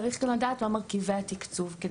צריך לדעת מה מרכיבי התקצוב.